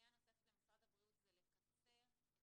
פנייה נוספת למשרד הבריאות זה לקצר את